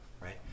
right